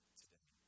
today